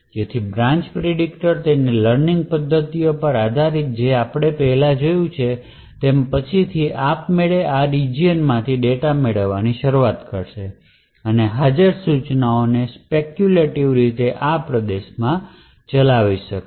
તેથી branch predictor તેના લર્નિંગપદ્ધતિઓ પર આધારિત જે આપણે પહેલાં જોયું છે તેમ પછીથી આપમેળે આ રિજિયનમાંથી ડેટા મેળવવાની શરૂઆત કરશે અને હાજર સૂચનોને સ્પેક્યૂલેટિવ રીતે આ પ્રદેશમાં ચલાવી શકશે